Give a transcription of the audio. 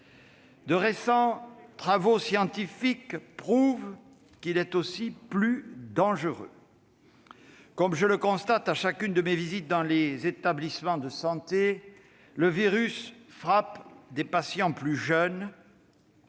De récents travaux scientifiques prouvent qu'il est aussi plus dangereux. Comme je le constate à chacune de mes visites dans des établissements de santé, le virus frappe des patients plus jeunes